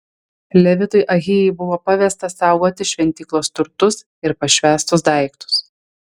levitui ahijai buvo pavesta saugoti šventyklos turtus ir pašvęstus daiktus